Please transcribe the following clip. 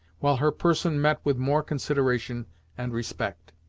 while her person met with more consideration and respect.